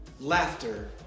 Laughter